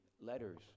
letters